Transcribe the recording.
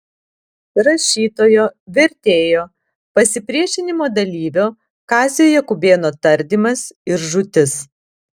rašytojo vertėjo pasipriešinimo dalyvio kazio jakubėno tardymas ir žūtis